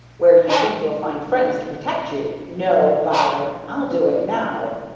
where you think you'll find friends to protect you. no, by, i'll do it now!